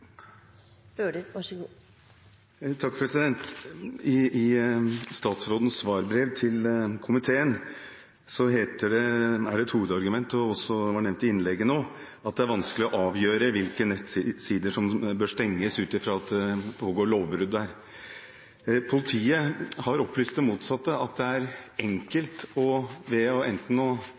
komiteen er et hovedargument – som også ble brukt i statsrådens innlegg nå – at det er vanskelig å avgjøre hvilke nettsider som bør stenges ut ifra at det begås lovbrudd der. Politiet har opplyst om det motsatte, at det er enkelt, ved å